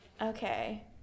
Okay